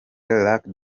lucky